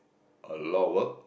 a lot of work